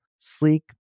sleek